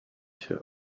się